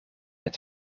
het